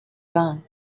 gun